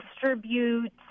distribute